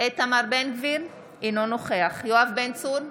איתמר בן גביר, אינו נוכח יואב בן צור,